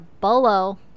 bolo